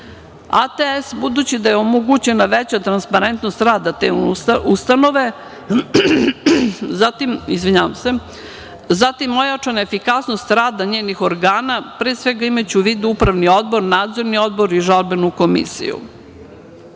budući da je omogućena veća transparentnost rada te ustanove, zatim ojačana efikasnost rada njenih organa, pre svega imajući u vidu Upravni odbor, Nadzorni odbor i Žalbenu komisiju,